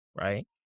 right